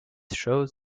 shows